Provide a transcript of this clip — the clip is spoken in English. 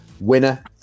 winner